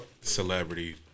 Celebrity